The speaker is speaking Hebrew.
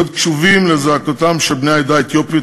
להיות קשובים לזעקתם של בני העדה האתיופית,